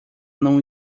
não